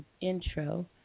intro